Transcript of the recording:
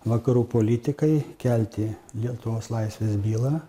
vakarų politikai kelti lietuvos laisvės bylą